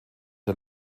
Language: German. der